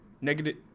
negative